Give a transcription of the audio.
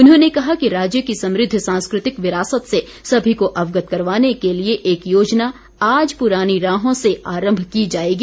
उन्होंने कहा कि राज्य की समृद्ध सांस्कृतिक विरासत से समी को अवगत करवाने के लिए एक योजना आज पुरानी राहों से आरम्म की जाएगी